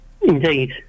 Indeed